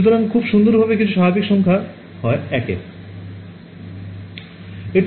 সুতরাং খুব সুন্দরভাবে সবকিছু স্বাভাবিক করা হয় ১ এ